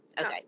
okay